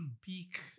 peak